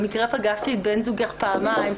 במקרה פגשתי את בן זוגך פעמיים,